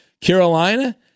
Carolina